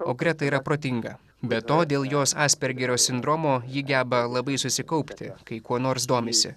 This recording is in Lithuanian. o greta yra protinga be to dėl jos aspergerio sindromo ji geba labai susikaupti kai kuo nors domisi